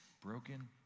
broken